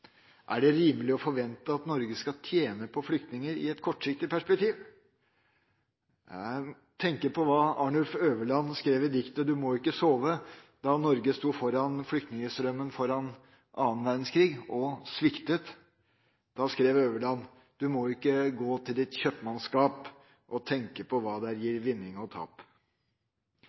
Er det rimelig å forvente at Norge skal tjene på flyktninger i et kortsiktig perspektiv? Jeg tenker på hva Arnulf Øverland skrev i diktet «Du må ikke sove», da Norge sto foran flyktningstrømmen før annen verdenskrig, og sviktet. Da skrev Øverland: «Du må ikke gå til ditt kjøpmannskap og tenke på hvad der gir vinning og tap!»